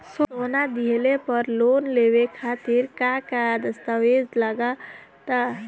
सोना दिहले पर लोन लेवे खातिर का का दस्तावेज लागा ता?